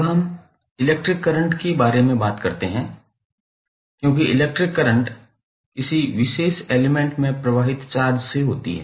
अब हम electric current के बारे में बात करते हैं क्योंकि इलेक्ट्रिक करंट किसी विशेष एलिमेंट में प्रवाहित चार्ज से होती है